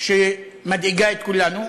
שמדאיגה את כולנו.